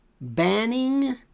banning